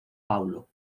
paulo